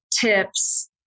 tips